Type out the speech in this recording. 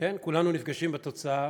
כולנו נפגשים בתוצאה